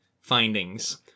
findings